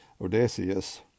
Odysseus